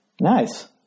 Nice